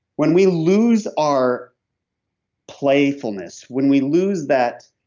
when we lose our playfulness, when we lose that